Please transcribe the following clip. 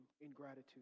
ingratitude